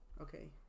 Okay